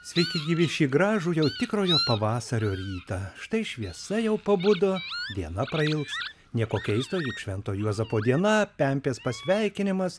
sveiki gyvi šį gražų jau tikrojo pavasario rytą štai šviesa jau pabudo diena prailgs nieko keisto juk švento juozapo diena pempės pasveikinimas